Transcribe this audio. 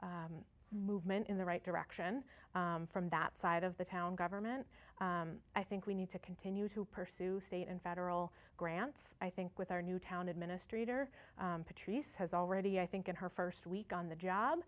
movement in the right direction from that side of the town government i think we need to continue to pursue state and federal grants i think with our new town administrator patrice has already i think in her first week on the job